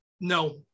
no